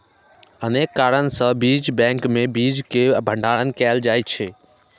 अनेक कारण सं बीज बैंक मे बीज केर भंडारण कैल जाइ छै